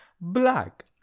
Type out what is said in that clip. Black